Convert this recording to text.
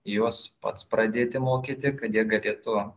juos pats pradėti mokyti kad jie galėtų